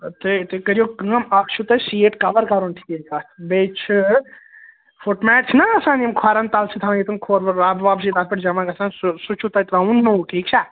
تُہۍ تُہۍ کٔرِو کٲم اکھ چھُو تۄہہِ سیٖٹ کَوَر کَرُن ٹھیٖک اتھ بیٚیہِ چھِ فُٹ میٹ چھِناہ آسان یِم کھۅرَن تَل چھِ تھاوٕنۍ ییٚتن کھۅر وۅر رب وب چھِ تتھ پٮ۪ٹھ جمع گَژھان سُہ سُہ چھُو تۄہہِ ترٛاوُن نوٚو ٹھیٖک چھا